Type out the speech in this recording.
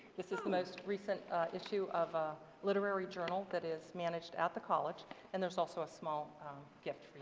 this is the most recent issue of ah literary journal that is managed at the college and there's also a small gift